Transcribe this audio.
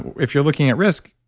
if you're looking at risk,